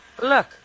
Look